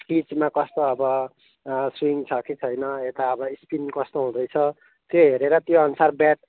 पिचमा कस्तो अब स्विङ छ कि छैन यता अब स्पिन कस्तो हुँदैछ त्यही हेरेर त्यहीअनुसार ब्याट